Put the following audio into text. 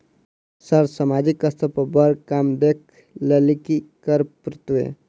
Sir सामाजिक स्तर पर बर काम देख लैलकी करऽ परतै?